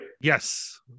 Yes